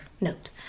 note